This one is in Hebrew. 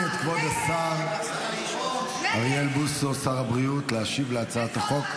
תקיפת אזרח על ידי שוטר חמורה פי כמה וכמה מתקיפתו על ידי אדם אחר.